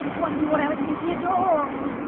wasn't what i was thinking at all!